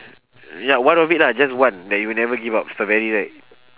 ya one of it lah just one that you will never give up strawberry right